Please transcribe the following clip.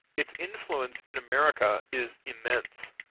its influence in america is immense.